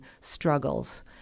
struggles